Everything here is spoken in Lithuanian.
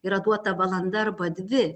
yra duota valanda arba dvi